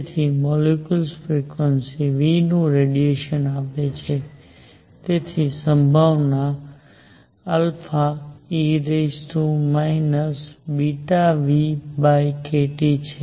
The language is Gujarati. તેથી મોલીક્યુલ્સ ફ્રિક્વન્સી v નું રેડિયેશન આપે છે તેની સંભાવના ∝e βνkT છે